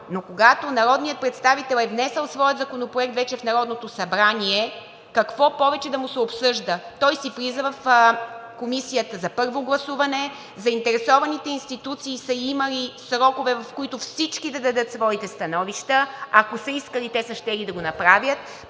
но когато народният представител е внесъл своя законопроект в Народното събрание, какво повече да му се обсъжда?! Той влиза в Комисията за първо гласуване, като заинтересованите институции са имали срокове, в които всички да дадат своите становища. Ако са искали, те са щели да го направят,